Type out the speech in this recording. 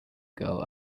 girl